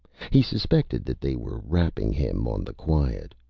he suspected that they were rapping him on the quiet.